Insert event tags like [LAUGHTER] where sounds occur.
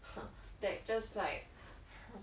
[LAUGHS] that just like [LAUGHS]